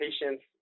patients